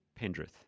Pendrith